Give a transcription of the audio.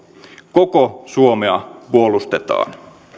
koko suomea puolustetaan